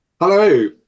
Hello